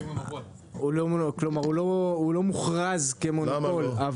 הוא לא מוכרז כמונופול,